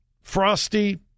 frosty